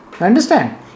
Understand